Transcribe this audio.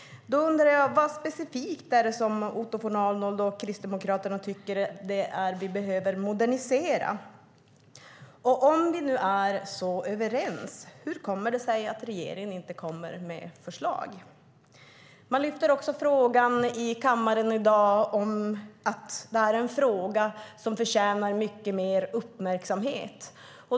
Då undrar jag: Vad är det specifikt som Otto von Arnold och Kristdemokraterna tycker att vi behöver modernisera? Och om vi nu är så överens, hur kommer det sig att regeringen inte kommer med förslag? Man lyfter också i kammaren i dag fram att det är en fråga som förtjänar mycket mer uppmärksamhet.